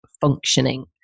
functioning